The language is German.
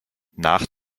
nach